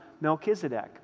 Melchizedek